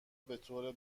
بطور